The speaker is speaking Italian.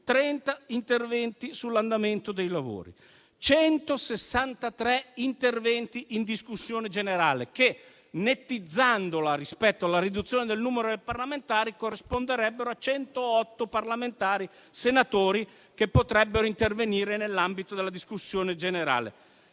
interventi sull'andamento dei lavori, 163 interventi in discussione generale, che, nettizzandoli rispetto alla riduzione del numero dei parlamentari, corrisponderebbero a 108 parlamentari senatori che potrebbero intervenire nell'ambito della discussione generale.